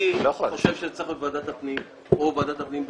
אני חושב שזה צריך להיות בוועדת הפנים או ועדת הפנים משותפת.